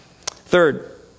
Third